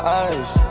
eyes